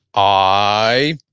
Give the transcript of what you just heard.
i,